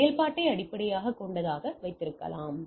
செயல்பாட்டை அடிப்படையாகக் கொண்டதாக வைத்திருக்கலாம்